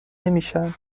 نمیشن